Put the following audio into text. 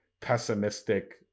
pessimistic